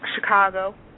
Chicago